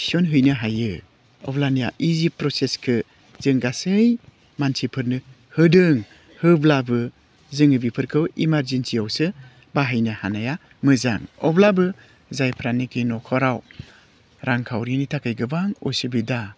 थिसनहैनो हायो अब्लानिया इजि प्रसेसखौ जों गासै मानसिफोरनो होदों होब्लाबो जोङो बेफोरखौ इमारजिन्सियावसो बाहायनो हानाया मोजां अब्लाबो जायफ्रानोखि नख'राव रांखावरिनि थाखाय गोबां असुबिदा